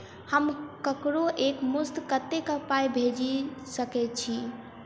हम ककरो एक मुस्त कत्तेक पाई भेजि सकय छी?